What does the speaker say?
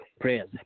Prayers